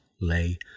lay